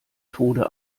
tode